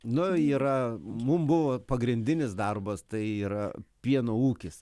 nu yra mum buvo pagrindinis darbas tai yra pieno ūkis